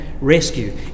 rescue